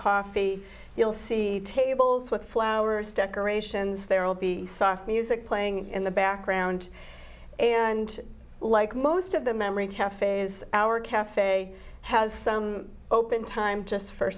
coffee you'll see tables with flowers decorations there'll be soft music playing in the background and like most of the memory cafes our cafe has open time just for